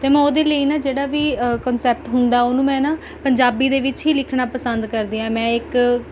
ਅਤੇ ਮੈਂ ਉਹਦੇ ਲਈ ਨਾ ਜਿਹੜਾ ਵੀ ਕੰਸੈਪਟ ਹੁੰਦਾ ਉਹਨੂੰ ਮੈਂ ਨਾ ਪੰਜਾਬੀ ਦੇ ਵਿੱਚ ਹੀ ਲਿਖਣਾ ਪਸੰਦ ਕਰਦੀ ਹਾਂ ਮੈਂ ਇੱਕ